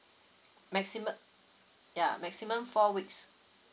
maximu~ yeah maximum four weeks